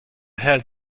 health